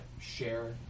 share